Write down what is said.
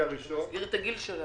אתה מסגיר את הגיל שלה.